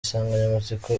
insanganyamatsiko